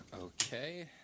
Okay